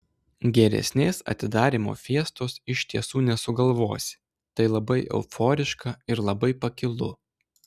geresnės atidarymo fiestos iš tiesų nesugalvosi tai labai euforiška ir labai pakilu